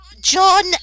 john